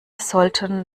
sollten